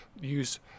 use